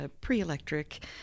pre-electric